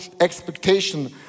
expectation